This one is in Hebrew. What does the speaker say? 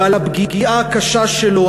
ועל הפגיעה הקשה שלו,